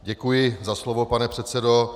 Děkuji za slovo, pane předsedo.